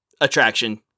attraction